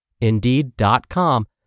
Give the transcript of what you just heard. Indeed.com